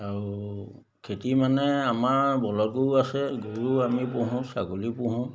আৰু খেতি মানে আমাৰ বলদ গৰু আছে গৰু আমি পোহোঁ ছাগলী পোহোঁ